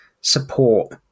support